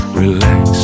relax